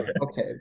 Okay